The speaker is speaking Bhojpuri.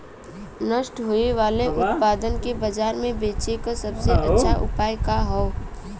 नष्ट होवे वाले उतपाद के बाजार में बेचे क सबसे अच्छा उपाय का हो?